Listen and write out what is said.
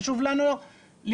חשוב לנו לשמוע.